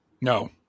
No